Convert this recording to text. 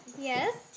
Yes